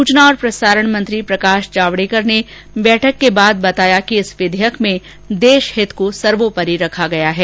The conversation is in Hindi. सूचना और प्रसारण मंत्री प्रकाश जावड़ेकर ने बैठक के बाद बताया कि इस विधेयक में देश हित को सर्वोपरि रखा गया है